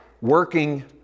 working